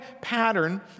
pattern